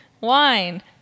wine